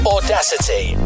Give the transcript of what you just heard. Audacity